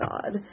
God